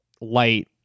light